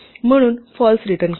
म्हणून false return करा